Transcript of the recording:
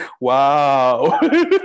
Wow